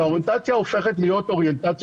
והאוריינטציה הופכת להיות אוריינטציה